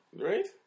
Right